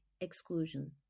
exclusion